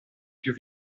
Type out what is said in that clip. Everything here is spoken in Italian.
più